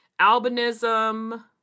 Albinism